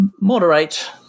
moderate